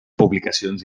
publicacions